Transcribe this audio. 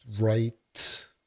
right